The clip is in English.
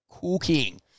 Cooking